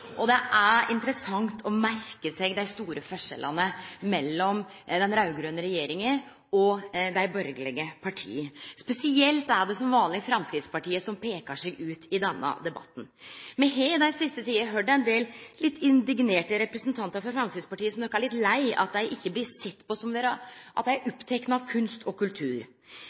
dag. Det er interessant å merke seg dei store forskjellane mellom den raud-grøne regjeringa og dei borgarlege partia. Spesielt er det, som vanleg, Framstegspartiet som peikar seg ut i denne debatten. Me har den siste tida høyrt ein del litt indignerte representantar frå Framstegspartiet som nok er litt lei av at dei ikkje blir sett på som opptekne av kunst og kultur.